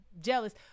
jealous